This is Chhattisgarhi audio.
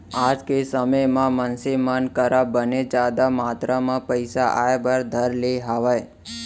आज के समे म मनसे मन करा बने जादा मातरा म पइसा आय बर धर ले हावय